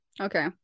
okay